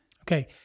Okay